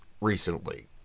recently